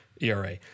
ERA